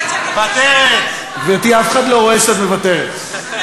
חברת הכנסת גלאון.